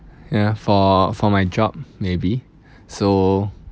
ya for for my job maybe so